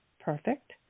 perfect